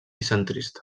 centrista